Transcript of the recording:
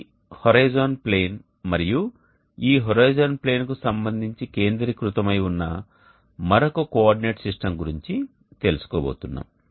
ఈ horizon plane మరియు ఈ హోరిజోన్ ప్లేన్కు సంబంధించి కేంద్రీకృతమై ఉన్న మరొక కోఆర్డినేట్ సిస్టమ్ గురించి తెలుసుకో బోతున్నాం